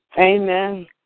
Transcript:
Amen